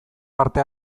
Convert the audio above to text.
parte